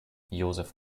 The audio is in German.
joseph